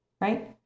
right